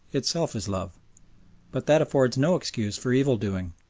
itself is love but that affords no excuse for evil-doing.